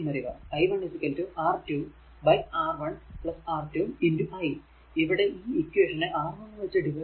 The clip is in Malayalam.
i1 R2 R1 R2 I ഇവിടെ ഈ ഇക്വേഷനെ R 1 വച്ച് ഡിവൈഡ് ചെയ്യുക